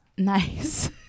Nice